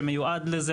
שמיועד לזה,